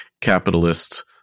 capitalist